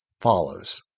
follows